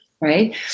right